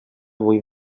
vull